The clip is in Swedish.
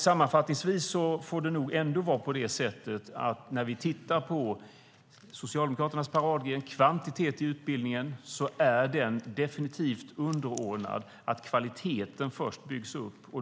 Sammanfattningsvis är nog ändå Socialdemokraternas paradgren kvantitet i utbildningen definitivt underordnad att kvaliteten först byggs upp.